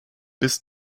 bis